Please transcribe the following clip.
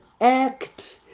act